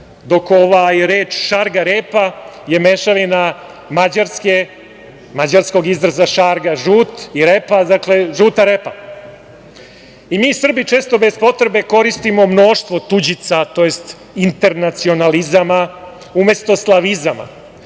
dok reč šargarepa je mešavina mađarske, mađarskog izraza šarga – žut i repa. Dakle, žuta repa. Mi Srbi često bez potrebe koristimo mnoštvo tuđica, tj. internacionalizama umesto slavizama.